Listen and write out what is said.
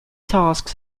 tasks